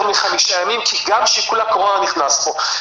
מחמישה ימים כי גם שיקול הקורונה נכנס פה.